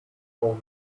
are